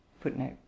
footnote